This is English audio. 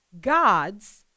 God's